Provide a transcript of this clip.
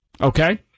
Okay